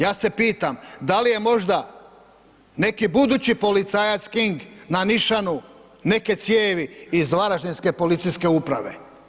Ja se pitam da li je možda neki budući policajac King na nišanu neke cijevi iz Varaždinske policijske uprave.